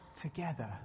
together